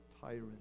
tyrant